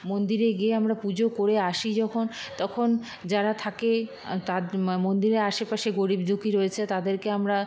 মন্দিরে গিয়ে আমরা পুজো করে আসি যখন তখন যারা থাকে তাদ মা মন্দিরের আশেপাশে গরিব দুঃখী রয়েছে তাদেরকে আমরা